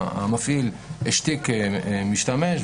שהמפעיל השתיק משתמש,